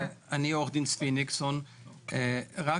צבי ניקסון להתייחס לנושא הזה.